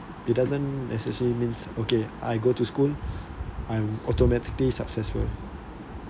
it doesn't necessarily means okay I go to school I automatically successful